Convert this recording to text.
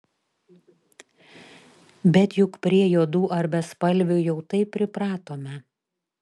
bet juk prie juodų ar bespalvių jau taip pripratome